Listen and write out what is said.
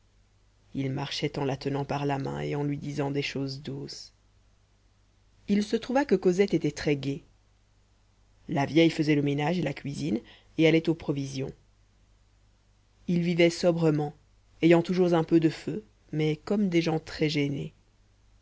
il marchait en la tenant par la main et en lui disant des choses douces il se trouva que cosette était très gaie la vieille faisait le ménage et la cuisine et allait aux provisions ils vivaient sobrement ayant toujours un peu de feu mais comme des gens très gênés